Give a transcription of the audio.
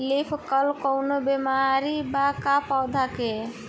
Leaf curl कौनो बीमारी बा का पौधा के?